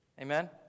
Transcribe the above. Amen